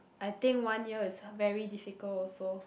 I think one year is very difficult also